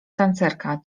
tancerka